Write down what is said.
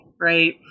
right